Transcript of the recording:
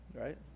right